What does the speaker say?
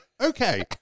Okay